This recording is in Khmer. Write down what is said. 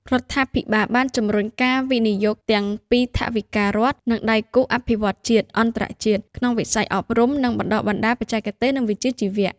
រដ្ឋាភិបាលបានជំរុញការវិនិយោគទាំងពីថវិការដ្ឋ និងដៃគូអភិវឌ្ឍន៍ជាតិ-អន្តរជាតិ ក្នុងវិស័យ អប់រំ និងបណ្តុះបណ្តាលបច្ចេកទេស និងវិជ្ជាជីវៈ។